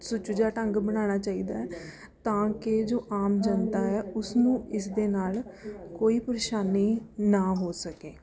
ਸੁਚੱਜਾ ਢੰਗ ਬਣਾਉਣਾ ਚਾਹੀਦਾ ਹੈ ਤਾਂ ਕਿ ਜੋ ਆਮ ਜਨਤਾ ਹੈ ਉਸ ਨੂੰ ਇਸ ਦੇ ਨਾਲ ਕੋਈ ਪਰੇਸ਼ਾਨੀ ਨਾ ਹੋ ਸਕੇ